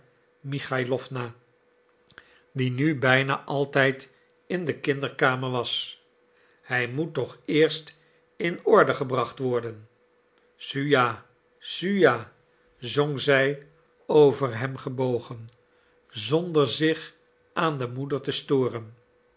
michailowna die nu bijna altijd in de kinderkamer was hij moet toch eerst in orde gebracht worden suja suja zong zij over hem gebogen zonder zich aan de moeder te storen